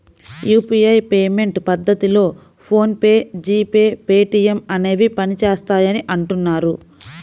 UPI payment పద్ధతిలో phone pay, G pay, Paytm అనేవి పనిచేస్తాయని అంటున్నారు